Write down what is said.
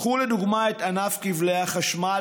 קחו לדוגמה את ענף כבלי החשמל,